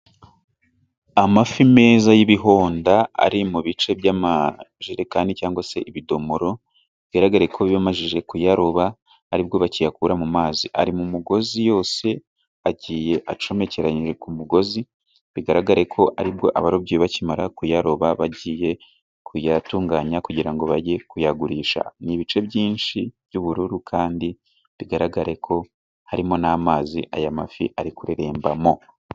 Amafi meza y'ibihonda ari mu bice by'amajerekani cyangwa se ibidomoro ,bigaragareko bari bamajije kuyaroba aribwo bakiyakura mu mazi .Ari mu mugozi yose agiye acomekeranyije ku mugozi bigaragareko aribwo abarobyi bakimara kuyaroba bagiye kuyatunganya kugira ngo bajye kuyagurisha, ni ibice byinshi by'ubururu kandi bigaragareko harimo n'amazi aya mafi ari kurerembamo.